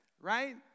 right